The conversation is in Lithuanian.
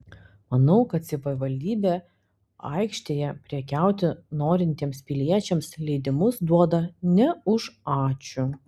manau kad savivaldybė aikštėje prekiauti norintiems piliečiams leidimus duoda ne už ačiū